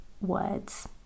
words